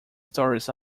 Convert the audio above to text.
stories